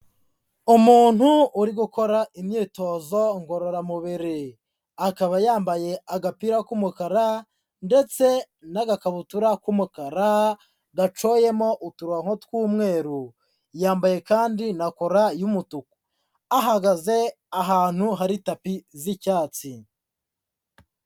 Umuntu uri gukora imyitozo ngororamubiri. Akaba yambaye agapira k'umukara ndetse n'agakabutura k'umukara, gacoyemo uturonko tw'umweru. Yambaye kandi na kora y'umutuku. Ahagaze ahantu hari tapi z'icyatsi.